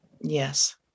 Yes